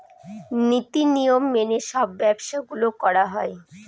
নীতি নিয়ম মেনে সব ব্যবসা গুলো করা হয়